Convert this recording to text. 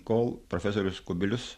kol profesorius kubilius